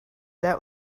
that